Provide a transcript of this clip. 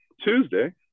Tuesday